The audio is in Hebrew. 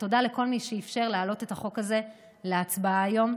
ותודה לכל מי שאפשר להעלות את החוק הזה להצבעה היום.